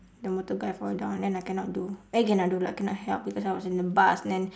the motor guy fall down and then I cannot do eh cannot do pula cannot help because I was in the bus then